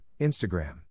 Instagram